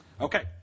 Okay